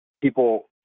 people